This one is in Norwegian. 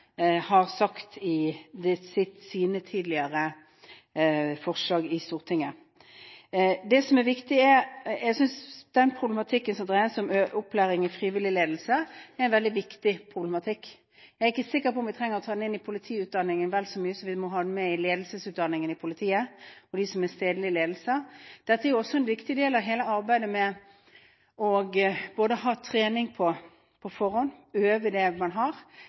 har sagt i sine tidligere forslag i Stortinget. Jeg synes den problematikken som dreier seg om opplæring i frivilligledelse, er en veldig viktig problematikk. Jeg er ikke sikker på om vi trenger å ta den inn i politiutdanningen like mye som vi må ha den inn i ledelsesutdanningen i politiet i forbindelse med stedlig ledelse. Dette er også en viktig del av arbeidet med trening på forhånd, øve det man har,